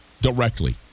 directly